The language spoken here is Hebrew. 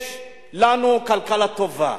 יש לנו כלכלה טובה.